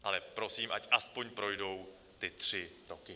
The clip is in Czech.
Ale prosím, ať aspoň projdou ty tři roky.